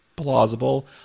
Plausible